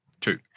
Two